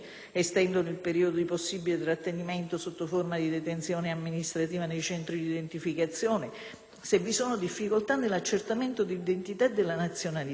se vi sono difficoltà nell'accertamento dell'identità e della nazionalità, ovvero nell'acquisizione dei documenti per il viaggio (con una irragionevole e ingiustificata